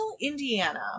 Indiana